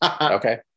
okay